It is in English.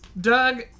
Doug